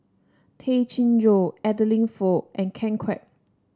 Tay Chin Joo Adeline Foo and Ken Kwek